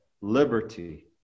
liberty